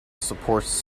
supports